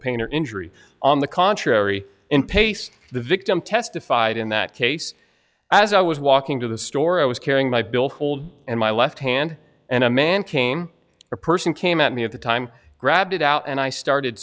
pain or injury on the contrary in pace the victim testified in that case as i was walking to the store i was carrying my billfold and my left hand and a man came a person came at me at the time grabbed it out and i started